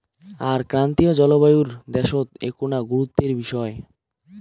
আর ক্রান্তীয় জলবায়ুর দ্যাশত এ্যাকনা গুরুত্বের বিষয়